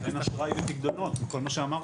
--- אשראי ופיקדונות מכל מה שאמרתם.